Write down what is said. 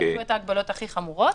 כשעשו את ההגבלות הכי חמורות.